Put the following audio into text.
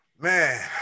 Man